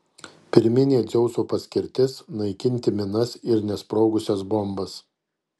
pirminė dzeuso paskirtis naikinti minas ir nesprogusias bombas